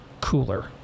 cooler